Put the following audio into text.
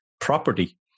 property